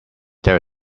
there